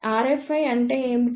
rFi అంటే ఏమిటి